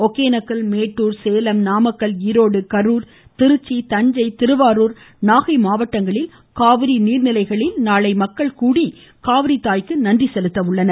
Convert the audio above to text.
ஒகேனக்கல் மேட்டூர் சேலம் நாமக்கல் ஈரோடு கரூர் திருச்சி தஞ்சை திருவாரூர் நாகை மாவட்டங்களில் காவிரி நீர்நிலைகளில் நாளை மக்கள் கூடி காவிரித்தாய்க்கு நன்றி செலுத்துகின்றனர்